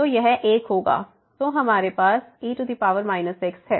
तो यह 1 होगा तो हमारे पास e x है